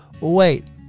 Wait